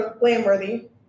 blameworthy